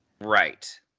right